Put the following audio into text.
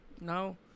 Now